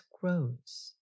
grows